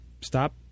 stop